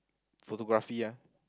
photography ah